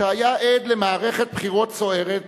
שהיה עד למערכת בחירות סוערת